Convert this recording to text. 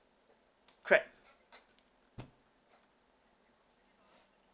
crab